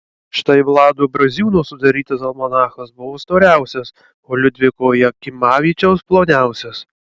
štai vlado braziūno sudarytas almanachas buvo storiausias o liudviko jakimavičiaus ploniausias